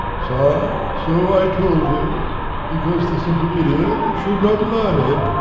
sir, so i told him because the simple idiot should not learn it,